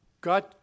God